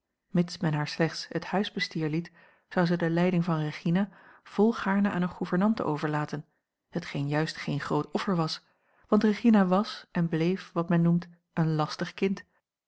mits men haar slechts het huisbestier liet zou zij de leiding van regina volgaarne aan eene gouvernante overlaten hetgeen juist geen groot offer was want regina was en bleef wat men noemt een lastig kind